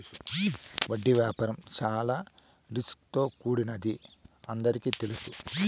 వడ్డీ వ్యాపారం చాలా రిస్క్ తో కూడినదని అందరికీ తెలుసు